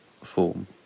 form